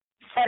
set